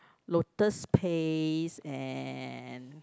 lotus paste and